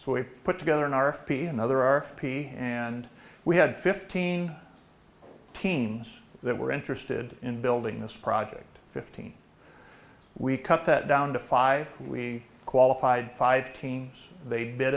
we've put together an r p another r p and we had fifteen teams that were interested in building this project fifteen we cut that down to five we qualified five teens they did